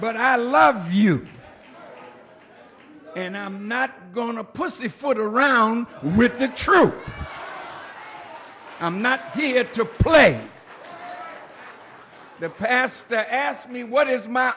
but i love you and i'm not going to pussyfoot around with the truth i'm not here to play the past that asked me what is my